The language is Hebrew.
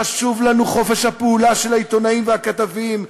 חשוב לנו חופש הפעולה של העיתונאים והכתבים,